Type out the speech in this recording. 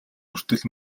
хүртэл